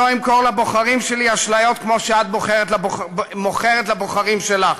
לא אמכור לבוחרים שלי אשליות כמו שאת מוכרת לבוחרים שלך.